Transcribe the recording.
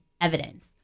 evidence